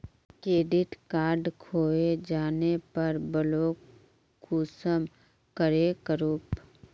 Credit card खोये जाले पर ब्लॉक कुंसम करे करूम?